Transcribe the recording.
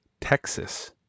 Texas